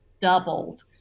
doubled